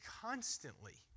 constantly